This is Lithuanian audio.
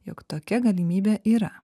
jog tokia galimybė yra